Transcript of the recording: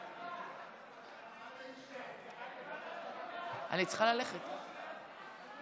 אומרת שההצעה עברה ותעבור להכנה לקריאה